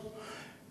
שכפי שהוקמו הם